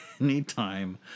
Anytime